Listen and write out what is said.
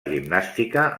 gimnàstica